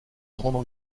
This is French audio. grands